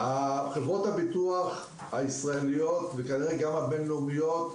חברות הביטוח הישראליות, וכנראה שגם הבין-לאומיות,